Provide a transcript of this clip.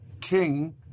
king